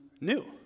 new